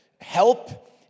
help